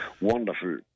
wonderful